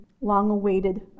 long-awaited